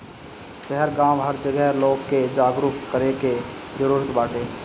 शहर गांव हर जगह लोग के जागरूक करे के जरुरत बाटे